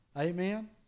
amen